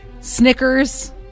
Snickers